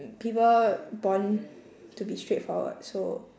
people born to be straightforward so